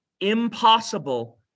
impossible